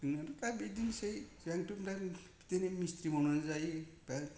जोंहाथ' दा बिदिनोसै जोंथ' बिदिनो मिस्ट्रि मावनानै जायो बा